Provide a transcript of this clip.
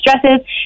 dresses